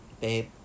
Babe